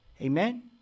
Amen